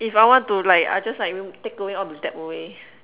if I want to like I'll just like take away all the debt away